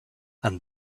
and